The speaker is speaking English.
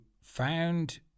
found